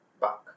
back